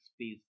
space